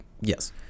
Yes